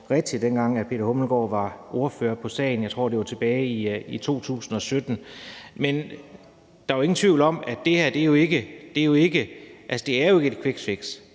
rigtigt, fra dengang hr. Peter Hummelgaard var ordfører på sagen. Jeg tror, det var tilbage i 2017. Men der er jo ingen tvivl om, at det her ikke er et quickfix.